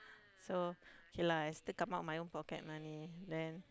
so K lah I still come out my own pocket money then so